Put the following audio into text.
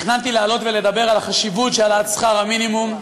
תכננתי לעלות ולדבר על החשיבות של העלאת שכר המינימום,